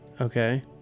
okay